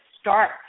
start